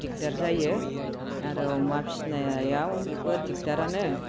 दिगदार जायो आरो अमा फिसिनायाव बो दिगदारानो